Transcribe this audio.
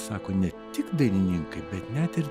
sako ne tik dainininkai bet net ir